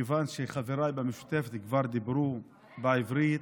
מכיוון שחבריי במשותפת כבר דיברו בעברית,